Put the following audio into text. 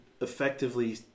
effectively